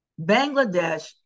Bangladesh